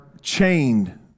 chained